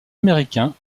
américain